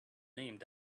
named